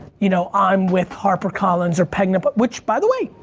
you know i'm with harper collins or penguin but which by the way,